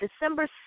December